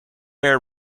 air